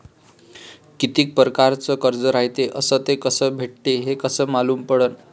कितीक परकारचं कर्ज रायते अस ते कस भेटते, हे कस मालूम पडनं?